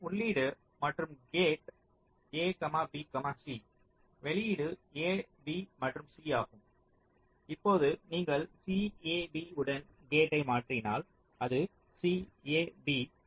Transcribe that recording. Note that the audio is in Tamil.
உள்ளீடு மற்றும் கேட் A B C வெளியீடு A B மற்றும் C ஆகும் இப்போது நீங்கள் C A B உடன் கேட்டை மாற்றினால் அது C A B அல்லது C B A